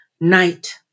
night